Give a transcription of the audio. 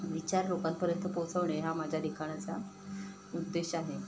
विचार लोकांपर्यंत पोचवणे हा माझ्या लिखाणाचा उद्देश आहे